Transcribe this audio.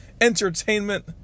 entertainment